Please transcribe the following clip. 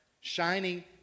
shining